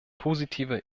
positive